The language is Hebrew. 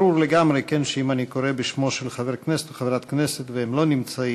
ברור לגמרי שאם אני קורא בשמו של חבר כנסת או חברת כנסת והם לא נמצאים,